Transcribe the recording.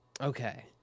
Okay